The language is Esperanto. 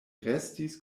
restis